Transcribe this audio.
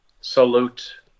salute